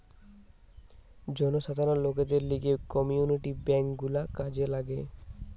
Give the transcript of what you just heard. জনসাধারণ লোকদের লিগে কমিউনিটি বেঙ্ক গুলা কাজে লাগে